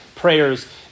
prayers